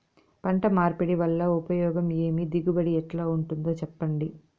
పంట మార్పిడి వల్ల ఉపయోగం ఏమి దిగుబడి ఎట్లా ఉంటుందో చెప్పండి?